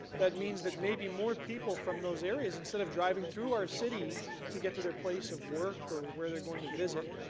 that means that maybe more people from those areas instead of driving through or city to get to their place of work or where they're going to visit,